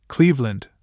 Cleveland